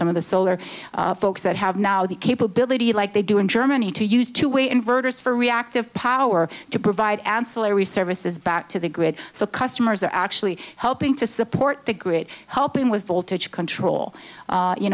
some of the solar folks that have now the capability like they do in germany to use two way inverters for reactive power to provide ancillary services back to the grid so customers are actually helping to support the grid helping with voltage control